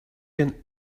den